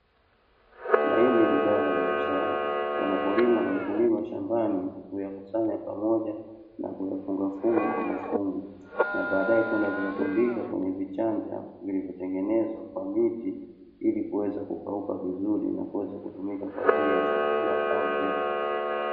Mahindi ni zao la biashara, yanapolimwa na mkulima shambani huyakusanya pamoja na kuyafungafunga kwa mafungu, na baadae kwenda kuyatundika kwenye vichanja vilivyotengenezwa kwa miti, ili kuweza kukauka vizuri na kuweza kutumika kwa ajili ya chakula au mbegu.